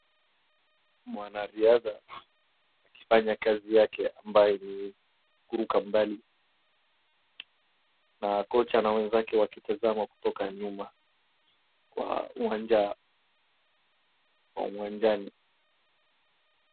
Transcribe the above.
Mwanariadha akifanya kazi yake ambayo ni kuruka mbali na kocha na wenzake wakitazama kutoka nyuma kwa uwanja au uwanjani.